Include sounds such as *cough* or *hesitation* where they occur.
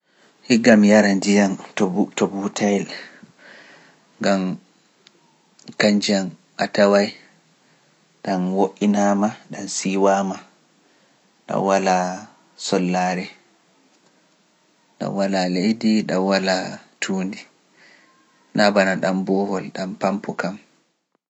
*hesitation* Higam yara nji’an to buteel, ngam kanji han a tawee, ɗam woɗɗinaama, ɗam siiwaama, ɗam walla sollaare, ɗam walla leydi, ɗam walla tuundi, nafana ɗam boowal, ɗam pampu kam.